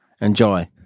Enjoy